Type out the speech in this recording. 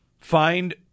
find